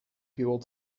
people